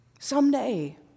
Someday